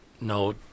no